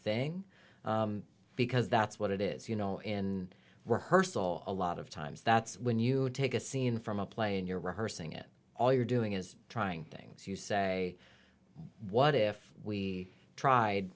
thing because that's what it is you know in rehearsal a lot of times that's when you take a scene from a play and you're rehearsing it all you're doing is trying things you say what if we tried